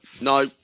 No